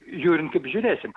žiūrint kaip žiūrėsim